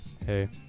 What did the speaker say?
Hey